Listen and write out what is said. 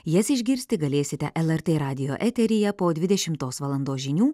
jas išgirsti galėsite lrt radijo eteryje po dvidešimtos valandos žinių